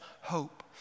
hope